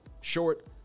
short